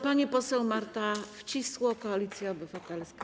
Pani poseł Marta Wcisło, Koalicja Obywatelska.